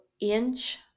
inch